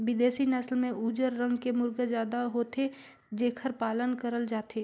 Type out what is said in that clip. बिदेसी नसल में उजर रंग के मुरगा जादा होथे जेखर पालन करल जाथे